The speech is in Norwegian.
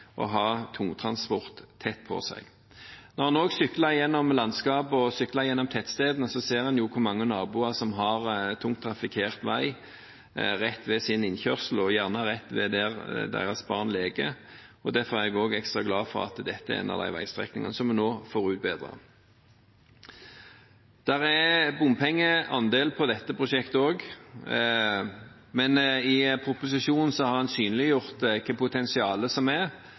å ha tungtransport tett på seg. Når en sykler gjennom landskapet og tettstedene, ser en også hvor mange naboer som har tungt trafikkert vei rett ved sin innkjørsel, og gjerne rett ved der deres barn leker, og derfor er jeg ekstra glad for at dette er en av de veistrekningene som vi nå får utbedret. Det er bompengeandel på dette prosjektet også. Men i proposisjonen har en synliggjort hva potensialet er